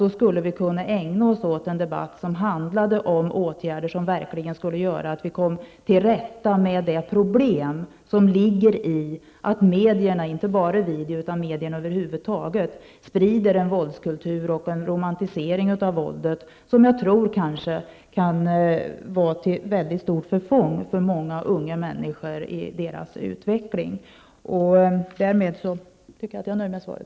Då skulle vi kunna ägna oss åt en debatt om åtgärder som verkligen skulle göra att vi kom till rätta med det problem som ligger i att medierna över huvud taget, inte bara video, sprider en våldskultur och en romantisering av våldet som jag tror kan vara till mycket stort förfång för många unga människor i deras utveckling. Därmed är jag nöjd med svaret.